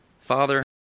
father